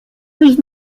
mich